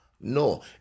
No